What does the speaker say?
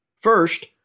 First